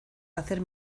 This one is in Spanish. hacer